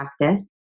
practice